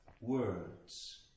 words